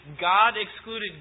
God-excluded